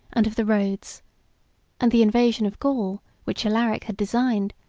and of the roads and the invasion of gaul, which alaric had designed,